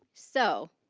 so,